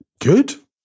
Good